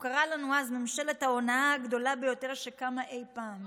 הוא קרא לנו אז "ממשלת ההונאה הגדולה ביותר שקמה אי פעם".